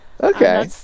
Okay